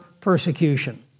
persecution